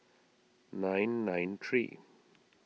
nine nine three